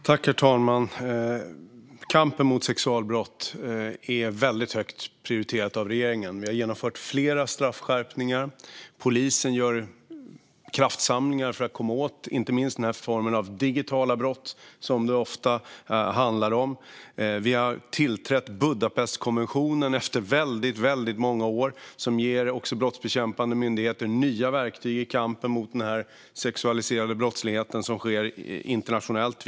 Herr talman! Kampen mot sexualbrott är väldigt högt prioriterad av regeringen. Vi har genomfört flera straffskärpningar. Polisen gör kraftsamlingar för att komma åt inte minst den här formen av digitala brott som det ofta handlar om. Vi har tillträtt Budapestkonventionen efter väldigt många år, och det ger brottsbekämpande myndigheter nya verktyg i kampen mot den sexualiserade brottslighet som sker internationellt.